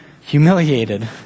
humiliated